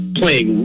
playing